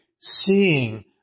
seeing